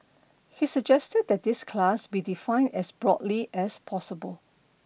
he suggested that this class be defined as broadly as possible